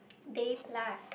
Day Plus